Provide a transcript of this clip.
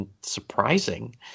surprising